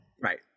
Right